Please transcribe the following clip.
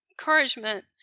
encouragement